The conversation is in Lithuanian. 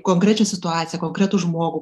konkrečią situaciją konkretų žmogų